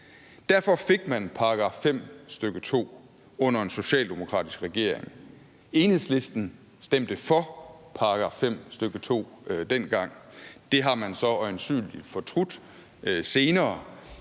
Derfor fik man § 5, stk. 2 under en socialdemokratisk regering. Enhedslisten stemte for § 5, stk. 2 dengang. Det har man så øjensynligt fortrudt senere,